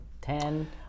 ten